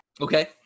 okay